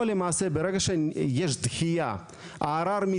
ברגע שיש את האישור של